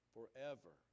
Forever